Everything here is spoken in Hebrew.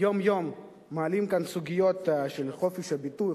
ויום-יום מעלים כאן סוגיות של חופש הביטוי,